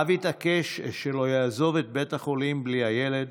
האב התעקש שלא יעזוב את בית החולים בלי הילד,